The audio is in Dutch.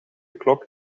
klok